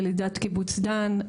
ילידת קיבוץ דן,